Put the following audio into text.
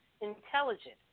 intelligent